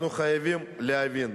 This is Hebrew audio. אנחנו חייבים להבין